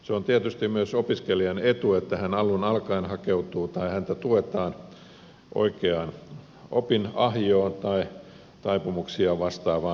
se on tietysti myös opiskelijan etu että hän alun alkaen hakeutuu tai häntä tuetaan oikeaan opinahjoon tai taipumuksia vastaavaan koulutukseen